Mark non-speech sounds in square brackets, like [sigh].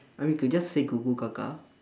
I mean you could just say [noise]